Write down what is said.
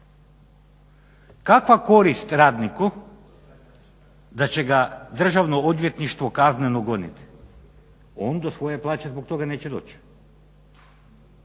Kakva korist radniku da će ga državno odvjetništvo kazneno goniti, on do svoje plaće zbog toga neće doći.